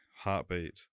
heartbeat